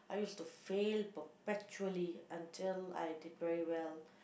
I used to fail perpetually until I did very well